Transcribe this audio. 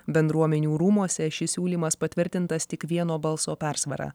bendruomenių rūmuose šis siūlymas patvirtintas tik vieno balso persvara